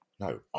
no